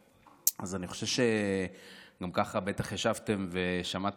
אז אני חושב שגם ככה בטח ישבתם ושמעתם נאומים